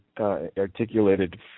articulated